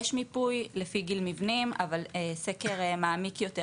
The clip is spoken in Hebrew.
יש מיפוי לפי גיל מבנים אבל סקר מעמיק יותר,